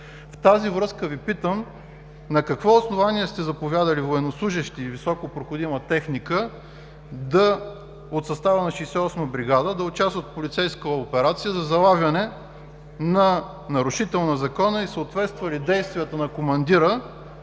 В тази връзка Ви питам: на какво основание сте заповядали военнослужещи и високопроходима техника от състава на 68-а бригада да участват в полицейска операция за залавяне на нарушител на Закона и съответстват ли действията на командира